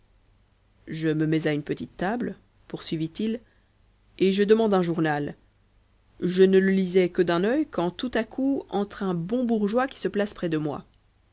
je me mets à une petite table poursuivit-il et je demande un journal je ne le lisais que d'un œil quand tout à coup entre un bon bourgeois qui se place près de moi